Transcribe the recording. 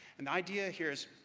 and the idea here is,